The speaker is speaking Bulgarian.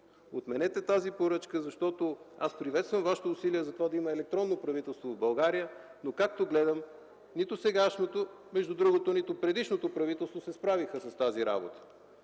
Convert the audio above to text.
Отменете тази поръчка! Аз приветствам Вашите усилия да има електронно правителство в България, но както гледам – нито сегашното, между другото нито предишното правителство се справиха с тази работа.